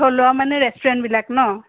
থলুৱা মানে ৰেষ্টুৰেন্টবিলাক ন